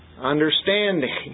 understanding